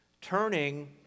turning